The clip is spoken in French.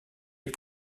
est